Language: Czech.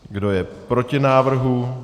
Kdo je proti návrhu?